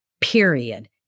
Period